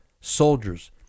soldiers